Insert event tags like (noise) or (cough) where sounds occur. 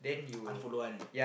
(noise) unfollow one